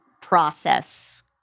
process